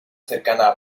cercana